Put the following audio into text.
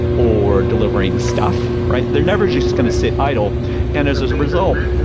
or delivering stuff, right? they're never just going to sit idle and as as a result,